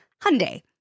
Hyundai